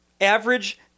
Average